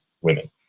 women